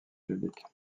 publiques